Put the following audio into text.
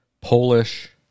Polish